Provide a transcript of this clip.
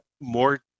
more